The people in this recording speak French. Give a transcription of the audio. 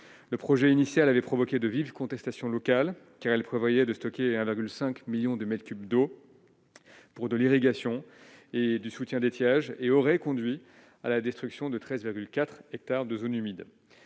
le projet initial avait provoqué de vives contestations locales car elle prévoyait de stocker 1,5 millions de mètres cubes d'eau pour de l'irrigation et du soutien d'étiage et aurait conduit à la destruction de 13,4 hectares de zones humides